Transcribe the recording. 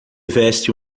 veste